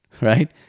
right